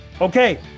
Okay